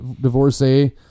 divorcee